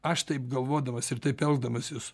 aš taip galvodamas ir taip elgdamasis